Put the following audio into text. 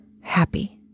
happy